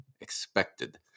Expected